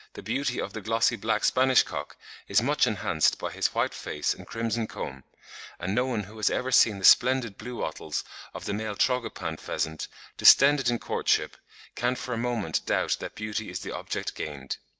the beauty of the glossy black spanish cock is much enhanced by his white face and crimson comb and no one who has ever seen the splendid blue wattles of the male tragopan pheasant distended in courtship can for a moment doubt that beauty is the object gained.